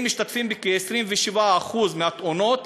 הם משתתפים בכ-27% מהתאונות,